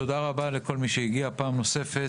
תודה רבה לכל מי שהגיע פעם נוספת.